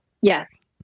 Yes